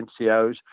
NCOs